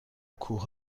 کوه